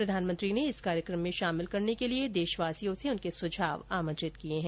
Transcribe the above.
प्रधानमंत्री ने इस कार्यक्रम में शामिल करने के लिए देशवासियों से उनके सुझाव आमंत्रित किए हैं